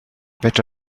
fedra